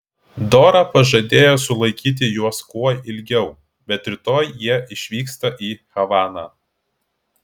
dora pažadėjo sulaikyti juos kuo ilgiau bet rytoj jie išvyksta į havaną